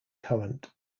current